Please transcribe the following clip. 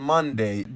Monday